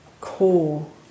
core